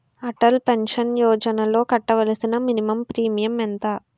Atal pension యోజనలో కట్టవలసిన minimum premium ఎంత?